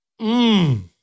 Mmm